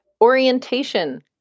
orientation